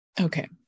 Okay